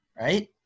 right